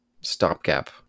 stopgap